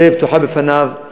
הדלת פתוחה בפניו.